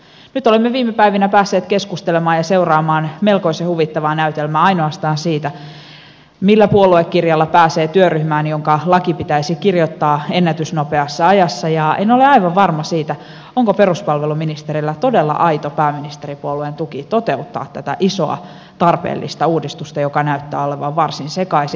nyt olemme viime päivinä päässeet keskustelemaan ja seuraamaan melkoisen huvittavaa näytelmää ainoastaan siitä millä puoluekirjalla pääsee työryhmään jonka pitäisi kirjoittaa laki ennätysnopeassa ajassa ja en ole aivan varma siitä onko peruspalveluministerillä todella aito pääministeripuolueen tuki toteuttaa tätä isoa tarpeellista uudistusta joka näyttää olevan varsin sekaisin